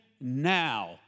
now